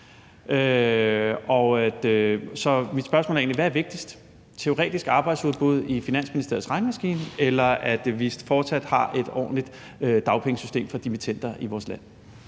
mit spørgsmål: Hvad er vigtigst – teoretisk arbejdsudbud i Finansministeriets regnemaskine, eller at vi fortsat har et ordentligt dagpengesystem for dimittender i vores land?